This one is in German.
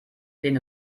sehen